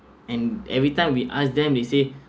and every time we ask them they say